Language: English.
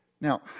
Now